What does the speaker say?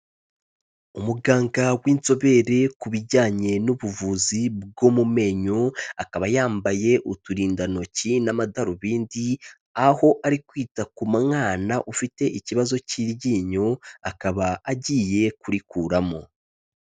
Umuganga w'inzobere ku bijyanye n'ubuvuzi bwo mu menyo, akaba yambaye uturindantoki n'amadarubindi, aho ari kwita ku mwana ufite ikibazo k'iryinyo akaba agiye kurikuramo.